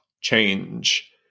change